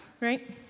right